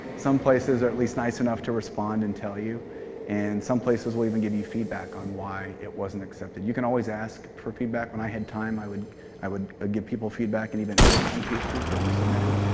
some places are at least nice enough to respond and tell you and some places will even give you feedback on why it wasn't accepted. you can always ask for feedback. when i had time, i would i would ah give people feedback and even edits on pieces that were submitted.